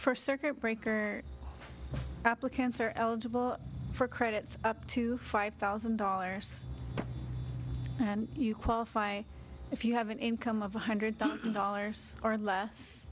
for circuit breaker applicants are eligible for credits up to five thousand dollars and you qualify if you have an income of one hundred thousand dollars or less